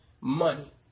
money